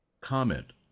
comment